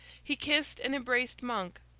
he kissed and embraced monk,